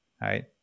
right